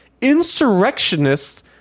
insurrectionists